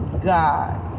God